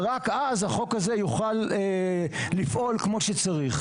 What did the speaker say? ורק אז החוק הזה יוכל לפעול כמו שצריך.